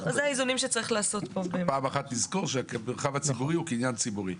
צריך לזכור שהמרחב הציבורי הוא קניין ציבורי.